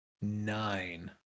Nine